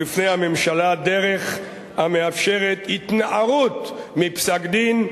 בפני הממשלה דרך המאפשרת התנערות מפסק-דין,